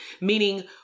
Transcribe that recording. meaning